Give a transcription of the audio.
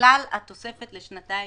לכלל התוספת לשנתיים.